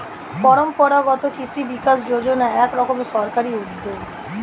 পরম্পরাগত কৃষি বিকাশ যোজনা এক রকমের সরকারি উদ্যোগ